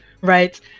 Right